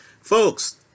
Folks